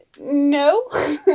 No